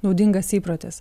naudingas įprotis